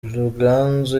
ruganzu